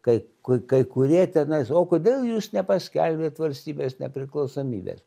kai kai kurie tenais o kodėl jūs nepaskelbėt valstybės nepriklausomybės